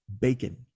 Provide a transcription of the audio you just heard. bacon